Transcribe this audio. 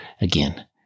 again